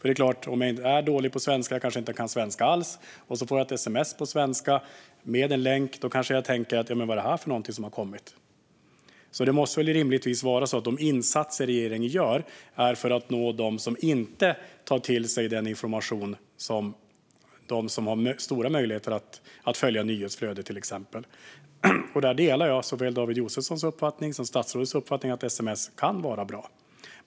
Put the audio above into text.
Den som inte är särskilt duktig på svenska och får ett sms på svenska med en länk kanske tänker: Vad är detta för något? De insatser regeringen gör måste väl rimligtvis vara för att nå dem som inte har samma möjligheter att ta till sig information som de som har lättare att följa nyhetsflödet. Där delar jag David Josefssons och statsrådets uppfattning att sms kan vara bra.